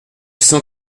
cent